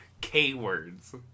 K-Words